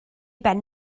ben